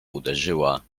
uderzyła